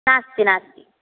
नास्ति नास्ति